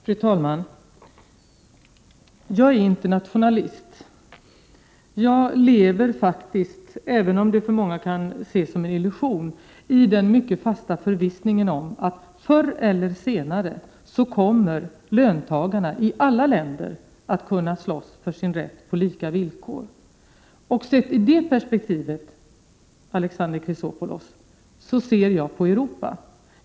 Fru talman! Jag är internationalist. Jag lever, även om det för många kan ses som en illusion, i den mycket fasta förvissningen om att löntagarna i alla länder förr eller senare kommer att kunna slåss för sin rätt på lika villkor. I det perspektivet, Alexander Chrisopoulos, ser jag på Europa.